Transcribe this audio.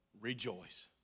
rejoice